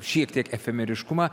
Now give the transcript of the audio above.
šiek tiek efemeriškumą